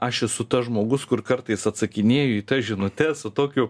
aš esu tas žmogus kur kartais atsakinėju į tas žinutes su tokiu